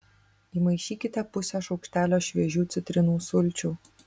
įmaišykite pusę šaukštelio šviežių citrinų sulčių